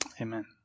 Amen